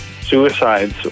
suicides